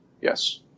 Yes